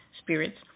spirits